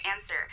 answer